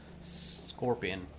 scorpion